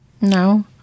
No